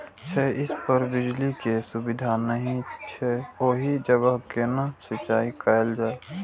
छै इस पर बिजली के सुविधा नहिं छै ओहि जगह केना सिंचाई कायल जाय?